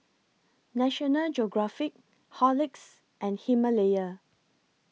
National Geographic Horlicks and Himalaya